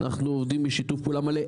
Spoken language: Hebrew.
אנחנו עובדים בשיתוף פעולה מלא.